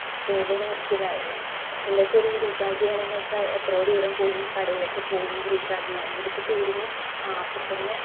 അതിപ്പം ഏത് കാര്യത്തിലായാലും ഇന്നേക്ക് കൂടി റീചാർജ് ചെയ്യണമെന്ന് വെച്ചാൽ എത്രയോ ദൂരം പോയി കടയിലേക്ക് പോയെങ്കിൽ റീചാർജ് ചെയ്യണം ഇതിപ്പം തീർന്നു ആ അപ്പം തന്നെ